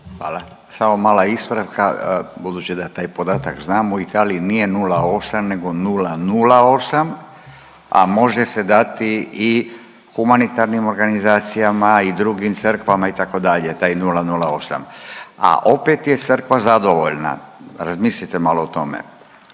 Hvala. Samo mala ispravka, budući da taj podatak znam, u Italiji nije 0,8 nego 0,08, a može se dati i humanitarnim organizacijama i drugim crkvama itd. taj 0,08. A opet je crkva zadovoljna, razmislite malo o tome.